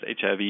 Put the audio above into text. HIV